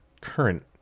current